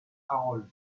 harold